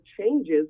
changes